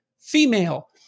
female